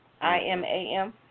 I-M-A-M